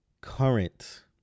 current